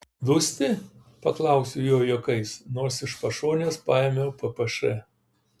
dusti paklausiau jo juokais nors iš pašonės paėmiau ppš